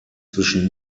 zwischen